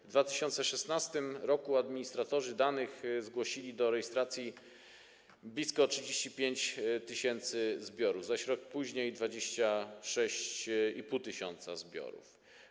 W 2016 r. administratorzy danych zgłosili do rejestracji blisko 35 tys. zbiorów, zaś rok później - 26,5 tys. zbiorów.